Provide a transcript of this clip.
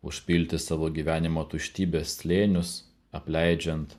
užpilti savo gyvenimo tuštybės slėnius apleidžiant